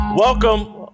Welcome